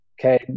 Okay